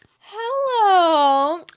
Hello